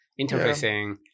interfacing